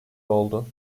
oldu